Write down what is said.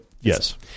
Yes